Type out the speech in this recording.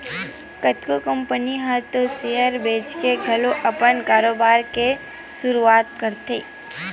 कतको कंपनी ह तो सेयर बेंचके घलो अपन कारोबार के सुरुवात करथे